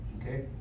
Okay